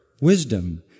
wisdom